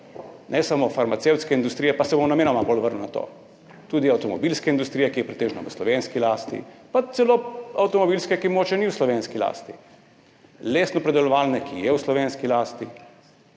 ne samo farmacevtske industrije, pa se bom namenoma bolj vrnil na to, tudi avtomobilske industrije, ki je pretežno v slovenski lasti, pa celo avtomobilske, ki mogoče ni v slovenski lasti, lesnopredelovalne, ki je v slovenski lasti,